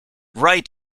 right